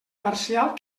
parcial